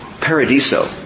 Paradiso